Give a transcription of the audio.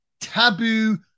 Taboo